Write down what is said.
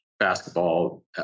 basketball